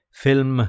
film